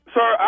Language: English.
Sir